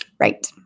Right